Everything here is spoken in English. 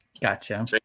gotcha